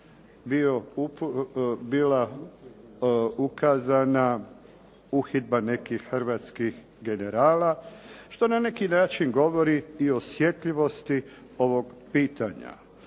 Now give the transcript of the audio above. bila ukazana uhidba nekih hrvatskih generala, što na neki način govorio i o osjetljivosti ovog pitanja.